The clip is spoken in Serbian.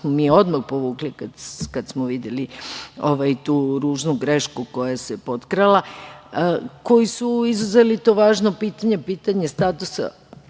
mi odmah povukli kad smo videli tu ružnu grešku koja se potkrala, koji su izazvali to važno pitanje, pitanje statusa